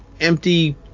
empty